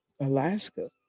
Alaska